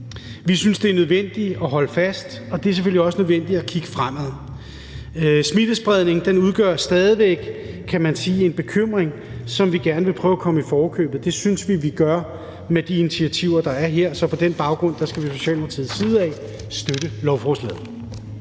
Vi synes, det er nødvendigt at holde fast, og at det selvfølgelig også er nødvendigt at kigge fremad. Smittespredningen udgør stadig væk, kan man sige, en bekymring, som vi gerne vil prøve at komme i forkøbet. Og det synes vi at vi gør med de initiativer, der er her. Så på den baggrund skal vi fra Socialdemokratiets side støtte lovforslaget.